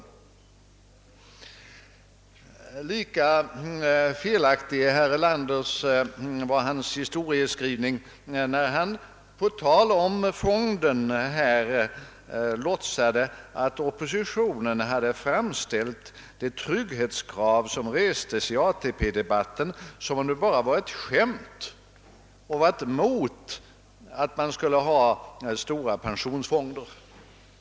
Lika felaktig var herr Erlanders historieskrivning i remissdebatten, när han på tal om fonden här låtsade att oppositionen hade framställt det trygghetskrav som socialdemokraterna talade om i ATP-debatten som om det bara var »ett skämt». Han påstod också att vi var mot stora pensionsfonder.